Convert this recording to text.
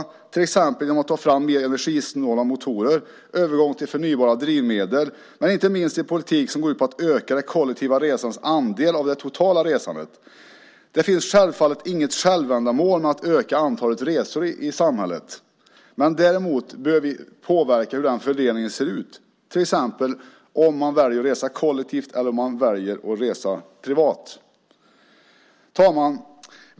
Det kan ske till exempel genom att ta fram mer energisnåla motorer, genom en övergång till förnybara bränslen och, inte minst, genom en politik som går ut på att öka det kollektiva resandets andel av det totala resandet. Att öka antalet resor i samhället är naturligtvis inget självändamål. Däremot behöver vi påverka hur fördelningen ser ut, till exempel om man väljer att resa kollektivt eller om man väljer att resa privat. Herr talman!